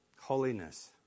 holiness